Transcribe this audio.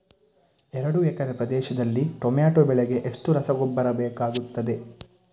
ಎರಡು ಎಕರೆ ಪ್ರದೇಶದಲ್ಲಿ ಟೊಮ್ಯಾಟೊ ಬೆಳೆಗೆ ಎಷ್ಟು ರಸಗೊಬ್ಬರ ಬೇಕಾಗುತ್ತದೆ?